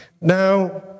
Now